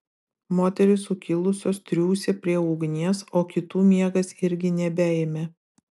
moterys sukilusios triūsė prie ugnies o kitų miegas irgi nebeėmė